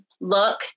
look